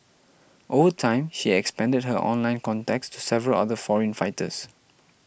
over time she expanded her online contacts to several other foreign fighters